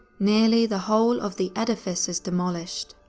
nearly the whole of the edifice is demolished,